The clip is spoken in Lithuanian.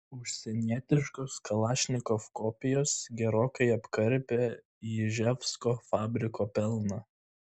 užsienietiškos kalašnikov kopijos gerokai apkarpė iževsko fabriko pelną